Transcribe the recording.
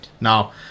Now